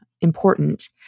important